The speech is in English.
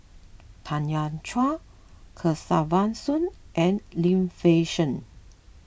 Tanya Chua Kesavan Soon and Lim Fei Shen